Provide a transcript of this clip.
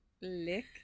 lick